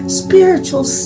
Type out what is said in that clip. spiritual